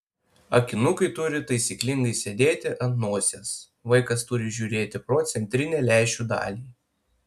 akinukai turi taisyklingai sėdėti ant nosies vaikas turi žiūrėti pro centrinę lęšių dalį